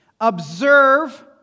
observe